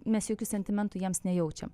mes jokių sentimentų jiems nejaučiam